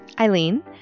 Eileen